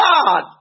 God